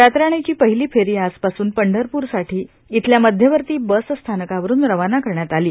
रातराणीची पहिली फेरी आजपासून पद्वरप्रसाठी इथल्या मध्यवर्ती बस स्थानकावरून रवाना करण्यात आली आहे